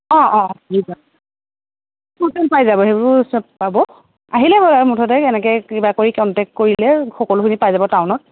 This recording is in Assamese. অ অ পাই যাব সেইবোৰ সব পাব আহিলে হ'ল আৰু মুঠতে তেনেকৈ কিবা কৰি কণ্টেক কৰিলে সকলোখিনি পাই যাব টাউনত